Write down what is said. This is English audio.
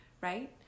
right